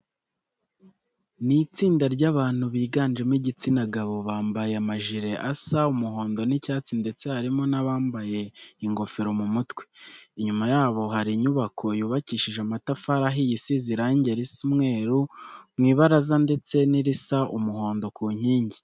Ni itsinda ry'abantu biganjemo igitsina gabo, bambaye amajire asa umuhondo n'icyatsi ndetse harimo n'abambaye ingofero mu mutwe. Inyuma yabo hari inyubako yubakishije amatafari ahiye, isize irange risa umweru mu ibaraza ndetse n'irisa umuhondo ku nkingi.